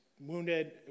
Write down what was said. wounded